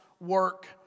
work